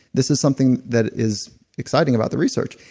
this is something that is exciting about the research.